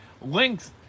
length